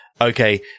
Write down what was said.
okay